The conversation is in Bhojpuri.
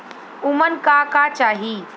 उमन का का चाही?